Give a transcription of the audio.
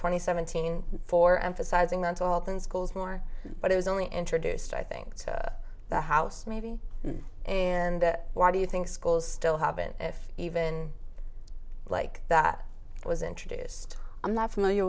twenty seventeen for emphasizing mental health in schools more but it was only introduced i think to the house maybe and why do you think schools still have it if even like that it was introduced i'm not